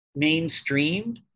mainstreamed